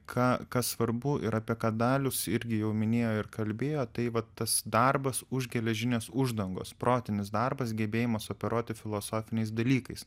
ką kas svarbu ir apie ką dalius irgi jau minėjo ir kalbėjo tai vat tas darbas už geležinės uždangos protinis darbas gebėjimas operuoti filosofiniais dalykais